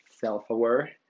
self-aware